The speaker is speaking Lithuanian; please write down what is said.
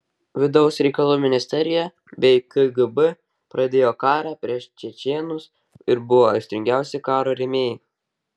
vidaus reikalų ministerija bei kgb pradėjo karą prieš čečėnus ir buvo aistringiausi karo rėmėjai